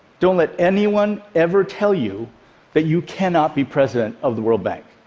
don't let anyone ever tell you that you cannot be president of the world bank.